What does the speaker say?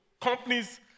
companies